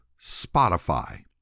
Spotify